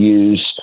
use